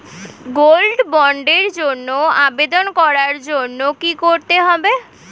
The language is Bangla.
গোল্ড বন্ডের জন্য আবেদন করার জন্য কি করতে হবে?